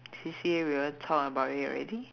C_C_A we already talk about it already